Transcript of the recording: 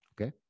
Okay